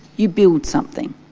you build something.